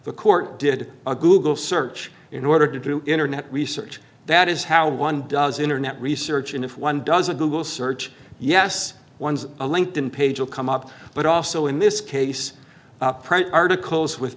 the court did a google search in order to do internet research that is how one does internet research and if one does a google search yes one's a linked in page will come up but also in this case print articles with